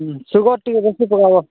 ହୁଁ ସୁଗାର୍ ଟିକେ ବେଶି ପକାବ